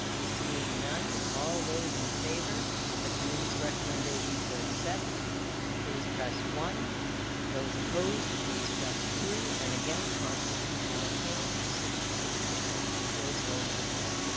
seeing none all those in favor of the committee's recommendation to accept please press one those opposed please press two and again constitutional change sixty six percent two three vote of the floor